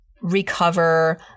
recover